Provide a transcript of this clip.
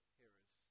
hearers